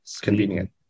convenient